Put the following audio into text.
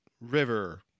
river